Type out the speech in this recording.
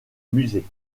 musée